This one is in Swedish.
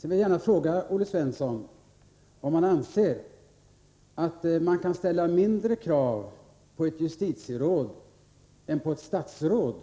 Jag vill fråga Olle Svensson om han anser att man kan ställa mindre krav på ett justitieråd än på ett statsråd